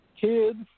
kids